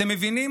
אתם מבינים?